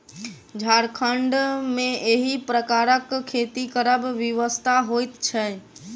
झारखण्ड मे एहि प्रकारक खेती करब विवशता होइत छै